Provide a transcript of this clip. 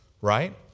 Right